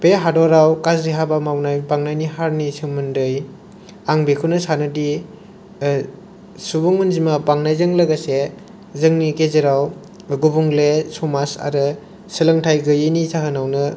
बे हादराव गाज्रि हाबा मावनाय बांनायनि हारिनि सोमोन्दै आं बेखौनो सानोदि सुबुं अनजिमा बांनायजों लोगोसे जोंनि गेजेराव गुबुंले समाज आरो सोलोंथाइ गैयैनि जाहोनावनो